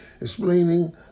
explaining